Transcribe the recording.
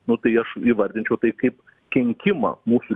nu tai aš įvardinčiau tai kaip kenkimą mūsų